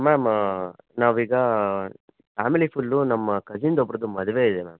ma'am ನಾವೀಗ family full ನಮ್ಮ ಕಸಿನ್ದು ಒಬ್ರುದು ಮದುವೆ ಇದೆ ಮ್ಯಾಮ್